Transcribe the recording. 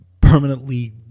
permanently